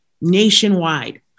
nationwide